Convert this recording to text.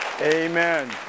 Amen